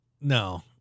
No